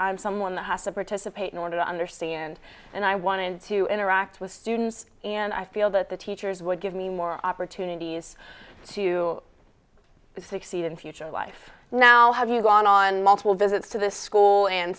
i'm someone that has to participate in order to understand and i wanted to interact with students and i feel that the teachers would give me more opportunities to succeed in future life now have you gone on multiple visits to the school and